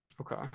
Okay